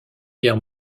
guerre